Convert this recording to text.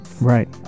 Right